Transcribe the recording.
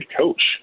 coach